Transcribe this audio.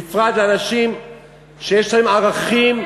בפרט לאנשים שיש להם ערכים,